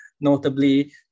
notably